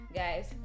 guys